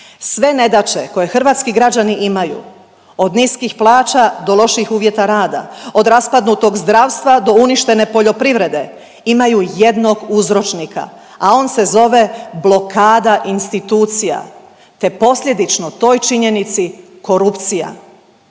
Sve nedaće koje hrvatski građani imaju od niskih plaća do loših uvjeta rada, od raspadnutog zdravstva do uništene poljoprivrede imaju jednog uzročnika, a on se zove blokada institucija te posljedično toj činjenici korupcija.